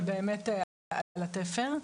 אבל באמת על התפר.